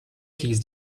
keys